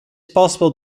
possible